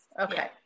Okay